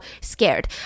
scared